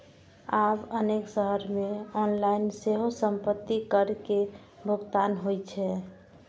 आब अनेक शहर मे ऑनलाइन सेहो संपत्ति कर के भुगतान होइ छै